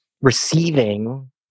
receiving